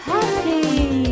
Happy